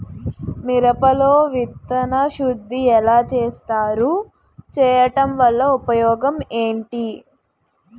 మిరప లో విత్తన శుద్ధి ఎలా చేస్తారు? చేయటం వల్ల ఉపయోగం ఏంటి?